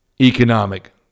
economic